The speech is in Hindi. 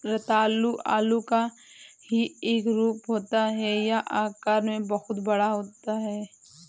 रतालू आलू का ही एक रूप होता है यह आकार में बहुत बड़ा होता है